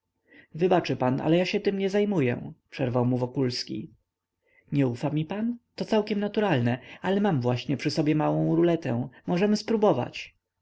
wybaczy pan ale ja się tem nie zajmuję przerwał mu wokulski nie ufa mi pan to całkiem naturalne ale mam właśnie przy sobie małą ruletę możemy spróbować